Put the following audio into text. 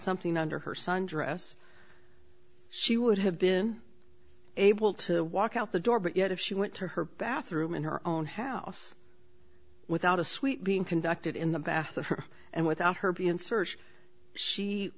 something under her sun dress she would have been able to walk out the door but yet if she went to her bathroom in her own house without a suite being conducted in the bath of her and without her be in search she